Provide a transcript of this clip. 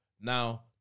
Now